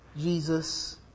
Jesus